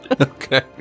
okay